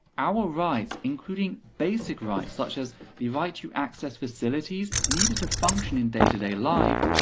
our rights, including basic rights such as the right to access facilities needed to function in day to day life,